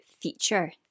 feature